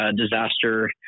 disaster